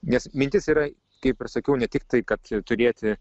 nes mintis yra kaip ir sakiau ne tiktai kad turėti